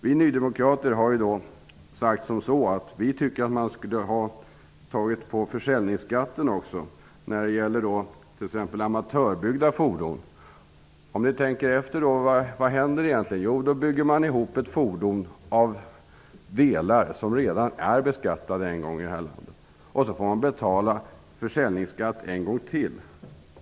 Vi nydemokrater tycker att man också skulle ha tagit bort försäljningsskatten t.ex. när det gäller amatörbyggda fordon. Man bygger ihop ett fordon av delar som redan är beskattade en gång här i landet, och så får man betala försäljningsskatt en gång till!